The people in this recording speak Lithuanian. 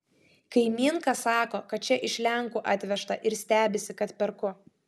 kaimynka sako kad čia iš lenkų atvežta ir stebisi kad perku